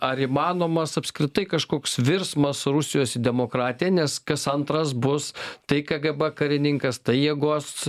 ar įmanomas apskritai kažkoks virsmas rusijos į demokratiją nes kas antras bus tai kgb karininkas tai jėgos